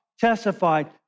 testified